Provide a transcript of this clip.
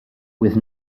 with